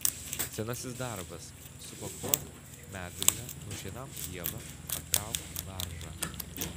senasis darbas supakuok medvilnę nušienauk pievą pakrauk baržą